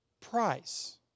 price